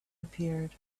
appeared